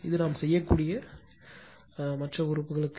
இது நாம் செய்யக்கூடிய மற்ற உறுப்புகளுக்கு